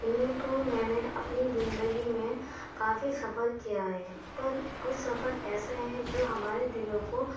یوں تو میں نے اپنی زندگی میں کافی سفر کیا ہے پر کچھ سفر ایسے ہیں جو ہمارے دلوں کو